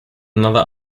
another